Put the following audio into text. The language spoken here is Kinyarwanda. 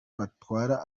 batwara